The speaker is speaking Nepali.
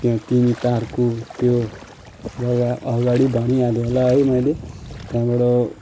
त्यहाँ तिमी तार्कु त्यो जग्गा अगाडि भनि हाल्यो होला है मैले त्यहाँबाट